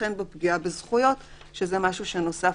"וכן בפגיעה בזכויות." שזה משהו שנוסף